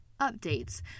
updates